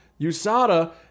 USADA